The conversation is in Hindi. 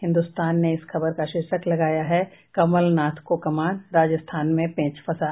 हिन्दुस्तान ने इस खबर का शीर्षक लगाया है कमलनाथ को कमान राजस्थान में पेच फंसा